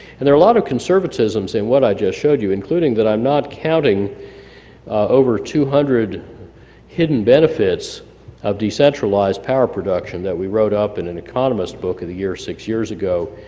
and there are a lot of conservatisms in what i just showed you including that i'm not counting over two hundred hidden benefits of decentralized power production that we wrote up in an economist book of the year six years ago,